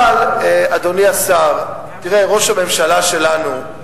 אבל, אדוני השר, תראה, ראש הממשלה שלנו,